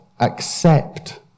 accept